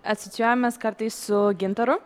asocijuojamės kartais su gintaru